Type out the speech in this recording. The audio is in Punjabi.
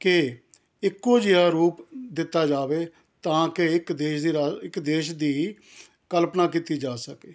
ਕਿ ਇਕੋ ਜਿਹਾ ਰੂਪ ਦਿੱਤਾ ਜਾਵੇ ਤਾਂ ਕਿ ਇੱਕ ਦੇਸ਼ ਦੀ ਰਾ ਇੱਕ ਦੇਸ਼ ਦੀ ਕਲਪਨਾ ਕੀਤੀ ਜਾ ਸਕੇ